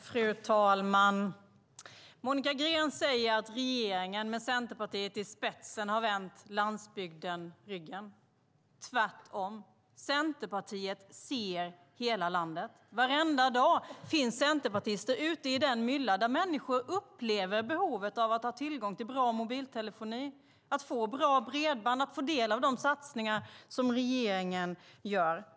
Fru talman! Monica Green säger att regeringen med Centerpartiet i spetsen har vänt landsbygden ryggen. Tvärtom - Centerpartiet ser hela landet. Varenda dag finns centerpartister ute i den mylla där människor upplever behovet av att ha tillgång till bra mobiltelefoni, att få bra bredband, att få del av de satsningar som regeringen gör.